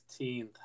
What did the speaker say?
16th